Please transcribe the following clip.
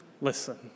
listen